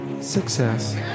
Success